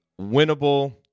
winnable